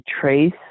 trace